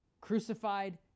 crucified